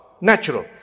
Natural